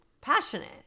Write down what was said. passionate